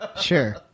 Sure